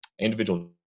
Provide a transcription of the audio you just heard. individual